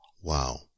Wow